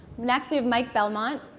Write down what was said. next we have mike belmont.